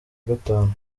gatanu